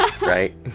right